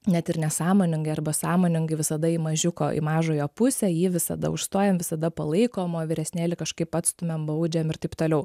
net ir nesąmoningai arba sąmoningai visada į mažiuko į mažojo pusę jį visada užstojam visada palaikom o vyresnėlį kažkaip atstumiam baudžiam ir taip toliau